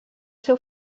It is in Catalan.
ser